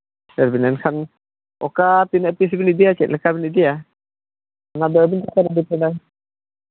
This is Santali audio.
ᱮᱱᱠᱷᱟᱱ ᱚᱠᱟ ᱛᱤᱱᱟᱹᱜ ᱯᱤᱥ ᱵᱤᱱ ᱤᱫᱤᱭᱟ ᱪᱮᱫ ᱞᱮᱠᱟᱵᱤᱱ ᱤᱫᱤᱭᱟ ᱚᱱᱟᱫᱚ ᱟᱹᱞᱤᱧ ᱪᱮᱛᱟᱱ ᱨᱮ ᱰᱤᱯᱮᱱᱰᱟᱭ